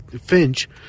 Finch